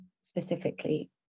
specifically